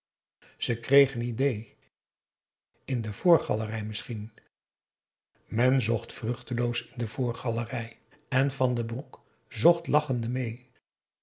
ze kreeg n idée in de voorgalerij misschien men zocht vruchteloos in de voorgalerij en van den broek zocht lachende meê